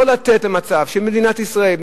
לא לתת למצב שמדינת ישראל,